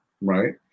right